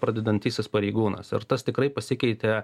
pradedantysis pareigūnas ir tas tikrai pasikeitė